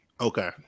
okay